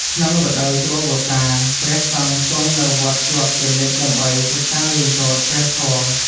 ក្នុងរដូវចូលវស្សា ព្រះសង្ឃគង់នៅវត្តជាប់ជានិច្ចដើម្បីសិក្សារៀនសូត្រព្រះធម៌។